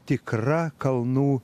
tikra kalnų